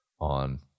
on